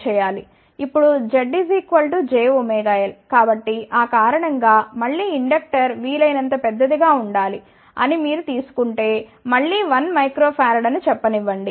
ఇప్పుడు Z jωL కాబట్టి అకారణంగా మళ్ళీ ఇండక్టర్ వీలైనంత పెద్దదిగా ఉండాలిఅని మీరు తీసు కుంటే మళ్ళీ 1 uH అని చెప్పనివ్వండి